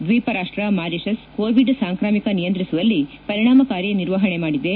ದ್ವೀಪ ರಾಷ್ಟ Mauritius Covid ಸಾಂಕಾಮಿಕ ನಿಯಂತ್ರಿಸುವಲ್ಲಿ ಪರಿಣಾಮಕಾರಿ ನಿರ್ವಹಣೆ ಮಾಡಿದೆ